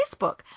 Facebook